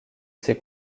ces